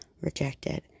rejected